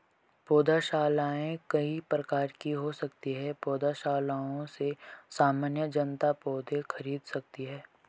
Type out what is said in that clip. पौधशालाएँ कई प्रकार की हो सकती हैं पौधशालाओं से सामान्य जनता पौधे खरीद सकती है